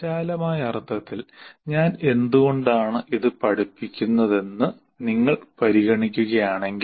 വിശാലമായ അർത്ഥത്തിൽ ഞാൻ എന്തുകൊണ്ടാണ് ഇത് പഠിക്കുന്നതെന്ന് നിങ്ങൾ പരിഗണിക്കുകയാണെങ്കിൽ